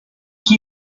qui